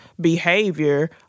behavior